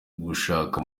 gushaka